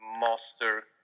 master